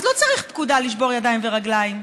אז לא צריך פקודה לשבור ידיים ורגליים,